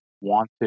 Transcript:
wanted